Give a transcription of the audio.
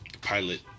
pilot